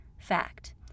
fact